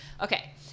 Okay